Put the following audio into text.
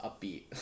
upbeat